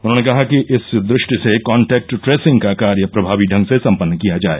उन्होंने कहा कि इस दृष्टि से कॉन्टैक्ट ट्रेसिंग का कार्य प्रभावी ढंग से सम्पन्न किया जाए